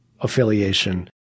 affiliation